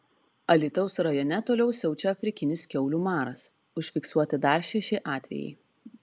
alytaus rajone toliau siaučia afrikinis kiaulių maras užfiksuoti dar šeši atvejai